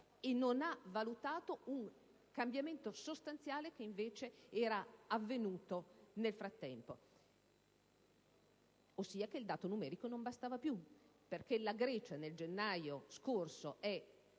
e non ha valutato un cambiamento sostanzialmente che era intervenuto nel frattempo, ossia che il dato numerico non bastava più. La Grecia, nel gennaio scorso, è